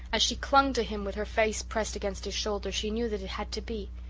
as she clung to him with her face pressed against his shoulder she knew that it had to be.